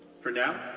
for now,